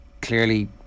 clearly